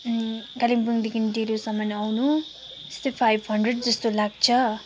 कालिम्पोङदेखि डेलोसम्म आउनु त्यस्तै फाइभ हन्ड्रेड जस्तो लाग्छ